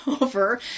over